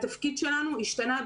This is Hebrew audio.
התפקיד שלנו השתנה,